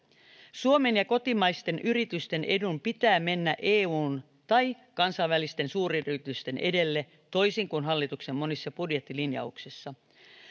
suomen ja kotimaisten yritysten edun pitää mennä eun tai kansainvälisten suuryritysten edelle toisin kuin hallituksen monissa budjettilinjauksissa